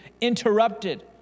interrupted